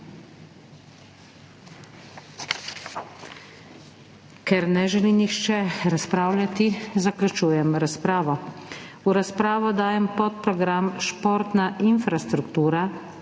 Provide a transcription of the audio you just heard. Ker ne želi nihče razpravljati, zaključujem razpravo. V razpravo dajem podprogram Športna infrastruktura